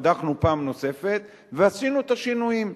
בדקנו פעם נוספת, ועשינו את השינויים.